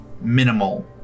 minimal